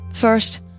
First